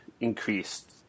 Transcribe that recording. increased